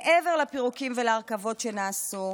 מעבר לפירוקים ולהרכבות שנעשו,